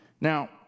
Now